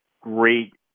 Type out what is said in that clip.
great